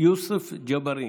יוסף ג'בארין,